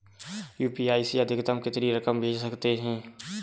UPI से अधिकतम कितनी रकम भेज सकते हैं?